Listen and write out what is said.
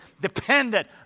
dependent